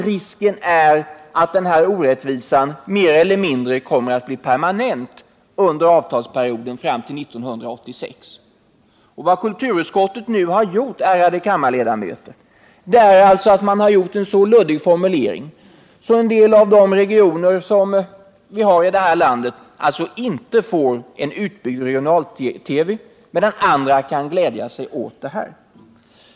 Risken är att denna orättvisa mer eller mindre kommer att bli permanent under avtalsperioden fram till 1986. Vad kulturutskottet nu har gjort, ärade kammarledamöter, är alltså att man har åstadkommit en så luddig formulering att en del regioner kanske inte får regional-TV medan andra kan glädja sig åt att ha tillgång till regionala TV-program.